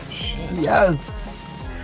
Yes